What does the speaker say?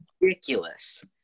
ridiculous